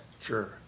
Sure